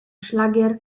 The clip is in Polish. szlagier